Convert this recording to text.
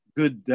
good